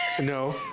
no